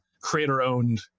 creator-owned